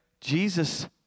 Jesus